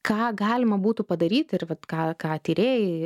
ką galima būtų padaryti ir vat ką ką tyrėjai